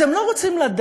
אתם לא הייתם רוצים לדעת,